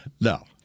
No